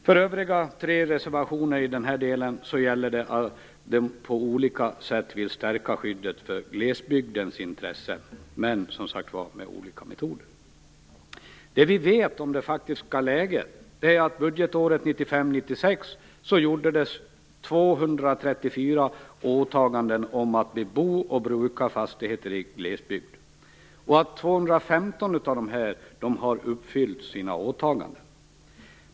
I de övriga tre reservationerna i denna del gäller det att på olika sätt stärka skyddet för glesbygdens intressen, men - som sagt - med olika metoder. Det vi vet om det faktiska läget är att det under budgetåret 1995/96 gjordes 234 åtaganden om att bebo och bruka fastigheter i glesbygd, och av dem har 215 uppfyllt sina åtaganden.